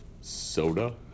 soda